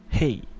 Hey